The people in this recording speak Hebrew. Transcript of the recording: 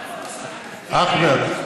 אחמד.